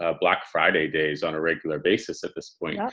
ah black friday days on a regular basis at this point. yeah